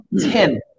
Ten